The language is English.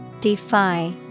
Defy